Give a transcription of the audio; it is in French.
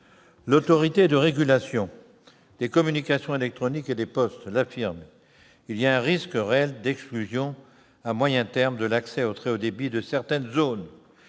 L'Autorité de régulation des communications électroniques et des postes l'affirme : il y a un risque réel d'exclusion à moyen terme de l'accès au très haut débit de certaines zones.